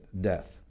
death